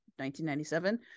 1997